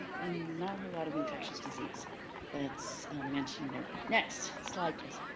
and not a whole lot of infectious disease that's mentioned there. next slide please.